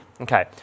okay